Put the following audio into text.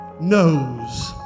knows